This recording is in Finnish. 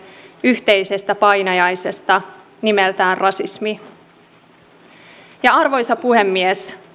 yhteisestä painajaisesta nimeltään rasismi arvoisa puhemies